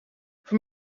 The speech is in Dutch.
voor